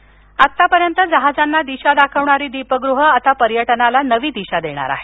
दीपगृह आतापर्यंत जहाजांना दिशा दाखवणारी दीपगृहं आता पर्यटनाला नवी दिशा देणार आहेत